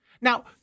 Now